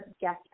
guest